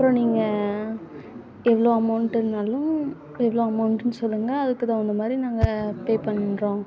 அப்புறம் நீங்கள் எவ்வளோ அமௌண்ட்டுனாலும் எவ்வளோ அமௌண்ட்னு சொல்லுங்கள் அதுக்கு தகுந்தமாதிரி நாங்கள் பேப் பண்ணுறோம்